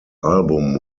album